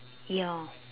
ya